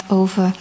over